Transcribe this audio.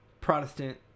Protestant